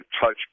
touch